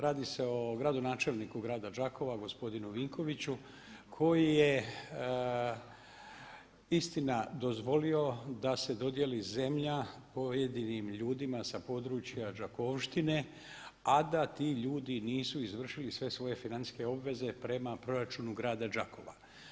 Radi se o gradonačelniku grada Đakova gospodinu Vinkoviću koji je istina dozvoli da se dodijeli zemlja pojedinim ljudima sa područja đakovštine a da ti ljudi nisu izvršili sve svoje financijske obveze prema proračunu grada Đakova.